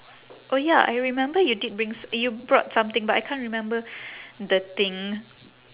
oh ya I remember you did bring s~ you brought something but I can't remember the thing